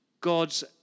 God's